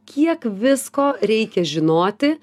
kiek visko reikia žinoti